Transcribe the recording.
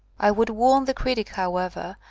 i would warn the critic, however,